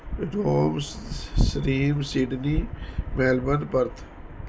ਰੋਮ ਸਰੀਮ Sydney Melbourne Perth